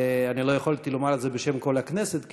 אני לא יכולתי לומר את זה בשם כל הכנסת כי